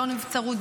לא נבצרות,